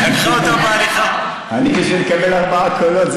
אני שמקבל ארבעה קולות,